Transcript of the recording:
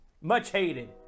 much-hated